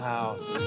House